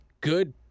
good